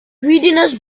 greediness